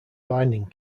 binding